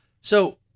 So-